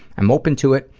i'm open to it,